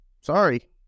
Sorry